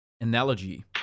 analogy